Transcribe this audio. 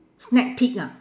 snack peek ah